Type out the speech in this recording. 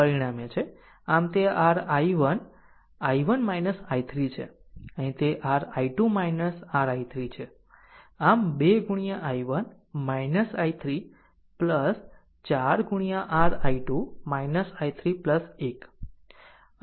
અહીં તે r i2 r i3 હશે આમ 2 i1 i3 4 r i2 i3 1